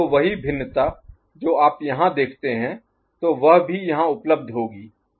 तो वही भिन्नता जो आप यहाँ देखते हैं तो वह भी यहाँ उपलब्ध होगी